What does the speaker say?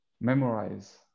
memorize